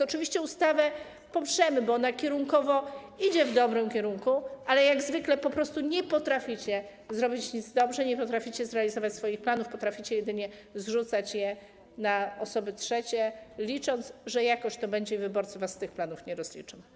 Oczywiście ustawę poprzemy, bo ona kierunkowo idzie w dobrym kierunku, ale jak zwykle po prostu nie potraficie zrobić nic dobrze, nie potraficie zrealizować swoich planów, potraficie jedynie zrzucać je na osoby trzecie, licząc, że jakoś to będzie, że wyborcy was z tych planów nie rozliczą.